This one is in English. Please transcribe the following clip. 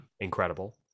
incredible